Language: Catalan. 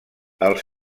els